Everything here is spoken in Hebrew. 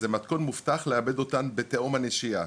זה מתכון מובטח לאבד אותן בתהום הנשייה.